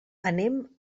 anem